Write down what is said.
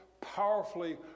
powerfully